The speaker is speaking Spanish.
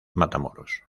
matamoros